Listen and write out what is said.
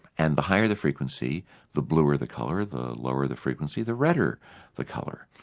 and the higher the frequency the bluer the colour, the lower the frequency the redder the colour.